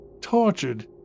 tortured